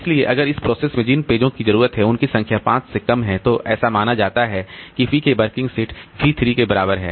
इसलिए अगर इस प्रोसेस में जिन पेजों की जरूरत है उनकी संख्या 5 से कम है तो ऐसा माना जाता है कि P के वर्किंग सेट V 3 के बराबर है